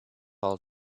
all